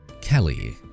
Kelly